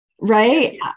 Right